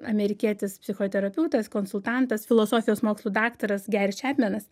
amerikietis psichoterapeutas konsultantas filosofijos mokslų daktaras geris čepmenas